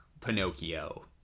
Pinocchio